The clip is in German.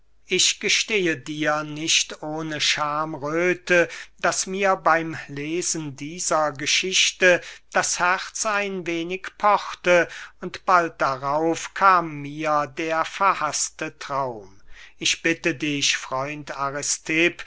ich gestehe dir nicht ohne schamröthe daß mir beym lesen dieser geschichte das herz ein wenig pochte und bald darauf kam mir der verhaßte traum ich bitte dich freund